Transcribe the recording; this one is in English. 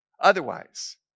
Otherwise